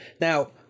Now